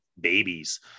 babies